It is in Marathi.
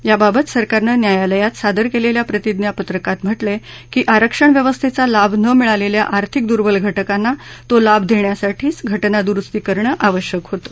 याबाबत सरकारनं न्यायालयात सादर केलेल्या प्रतिज्ञापत्रकात म्हटलंय की आरक्षण व्यवस्थेचा लाभ न मिळालेल्या आर्थिक दुर्बल घटकांना तो लाभ देण्यासाठी घटना दुरुस्ती करणं आवश्यक होतं